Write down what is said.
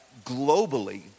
globally